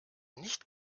nicht